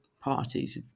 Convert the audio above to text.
parties